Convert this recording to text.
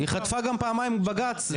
היא חטפה גם פעמיים בג"צ,